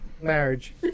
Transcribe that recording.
marriage